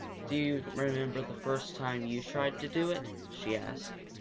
do you remember the first time you tried to do it? she asked.